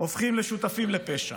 הופכים לשותפים לפשע.